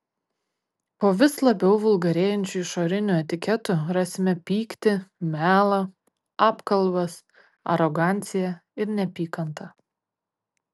po vis labiau vulgarėjančiu išoriniu etiketu rasime pyktį melą apkalbas aroganciją ir neapykantą